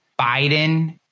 Biden